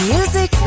Music